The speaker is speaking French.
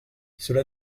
cela